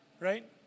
Right